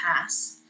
pass